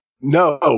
No